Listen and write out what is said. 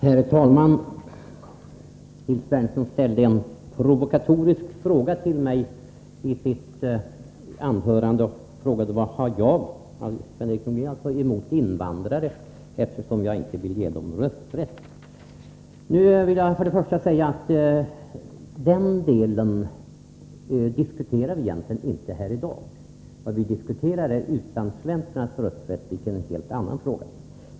Herr talman! Nils Berndtson ställde i sitt anförande följande provokatoriska fråga till mig: Vad har Sven-Erik Nordin emot invandrare, eftersom han inte vill ge dem rösträtt? Jag vill till att börja med säga att vi här i dag egentligen inte diskuterar den problematiken. Vad vi nu behandlar är utlandssvenskarnas rösträtt, vilket är ett helt annat spörsmål.